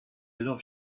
love